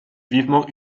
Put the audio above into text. vivement